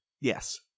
Yes